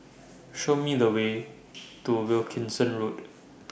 Show Me The Way to Wilkinson Road